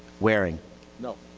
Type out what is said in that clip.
waring no.